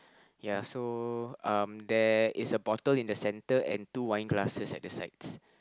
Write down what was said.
ya so um there is a bottle in the center and two wine glasses at the sides